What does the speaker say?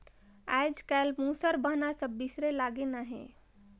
आएज काएल मूसर बहना सब बिसरे लगिन अहे